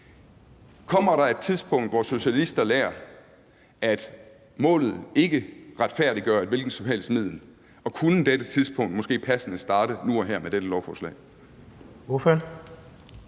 Kommer der et tidspunkt, hvor socialister lærer, at målet ikke retfærdiggør et hvilket som helst middel, og kunne dette tidspunkt måske passende starte nu og her med dette lovforslag?